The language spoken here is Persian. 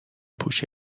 پوش